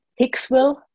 Hicksville